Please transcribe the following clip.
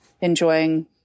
enjoying